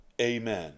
Amen